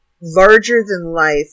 larger-than-life